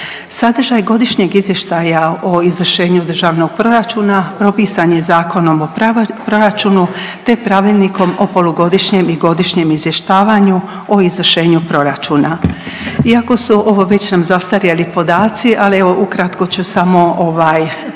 Sadržaj Godišnjeg izvještaja o izvršenju Državnog proračuna propisan je Zakonom o proračunu te pravilnikom o polugodišnjem i godišnjem izvještavanju o izvršenju proračuna. Iako su ovo već nam zastarjeli podaci, ali evo ukratko ću samo ovaj